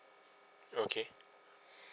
okay